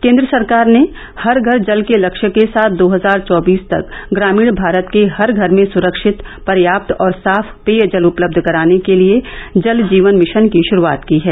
केन्द्र सरकार ने हर घर जल के लक्ष्य के साथ दो हजार चौबीस तक ग्रामीण भारत के हर घर में सुरक्षित पर्याप्त और साफ पेयजल उपलब्ध कराने के लिए जल जीवन मिशन की शुरूआत की है